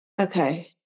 Okay